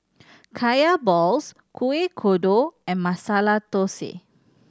Kaya balls Kuih Kodok and Masala Thosai